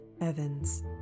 Evans